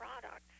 products